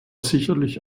sicherlich